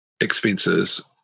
expenses